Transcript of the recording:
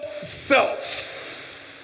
self